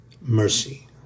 mercy